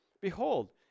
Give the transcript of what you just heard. Behold